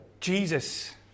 Jesus